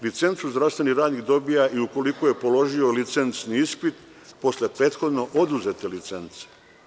Licencu zdravstveni radnik dobija i ukoliko je položio licencni ispit posle prethodno oduzete licence.